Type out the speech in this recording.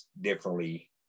differently